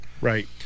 Right